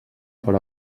per